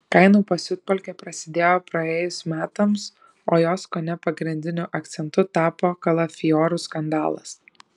kainų pasiutpolkė prasidėjo praėjus metams o jos kone pagrindiniu akcentu tapo kalafiorų skandalas